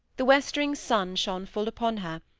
the westering sun shone full upon her,